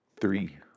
Three